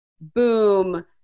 boom